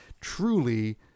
truly